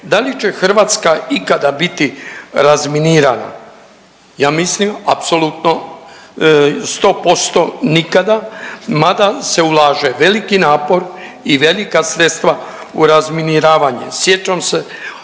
Da li će Hrvatska ikada biti razminirana? Ja mislim i apsolutno 100% nikada, mada se ulaže veliki napor i velika sredstva u razminiravanje. Sjećam se